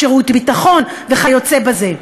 שירות ביטחון וכיוצא בזה.